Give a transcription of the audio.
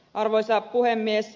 arvoisa puhemies